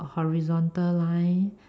horizontal line